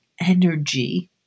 energy